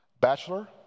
Bachelor